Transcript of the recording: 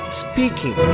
speaking